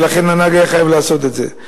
ולכן הנהג היה חייב לעשות את זה.